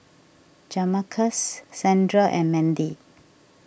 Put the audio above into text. Jamarcus Sandra and Mandy